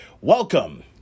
Welcome